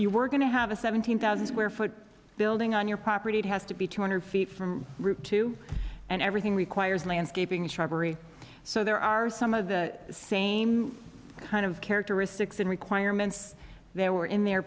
you were going to have a seventeen thousand square foot building on your property it has to be two hundred feet from route two and everything requires landscaping shrubbery so there are some of the same kind of characteristics and requirements there were in the